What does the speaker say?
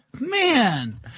man